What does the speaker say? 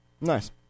Nice